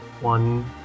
one